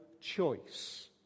choice